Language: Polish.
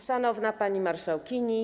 Szanowna Pani Marszałkini!